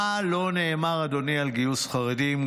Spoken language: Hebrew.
אדוני, מה לא נאמר על גיוס חרדים?